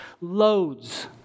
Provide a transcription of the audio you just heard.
loads